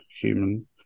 human